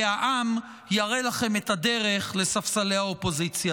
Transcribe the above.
כי העם יראה לכם את הדרך לספסלי האופוזיציה.